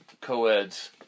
co-eds